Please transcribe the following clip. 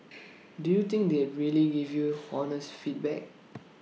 do you think they'd really give you honest feedback